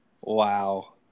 Wow